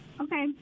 Okay